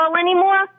anymore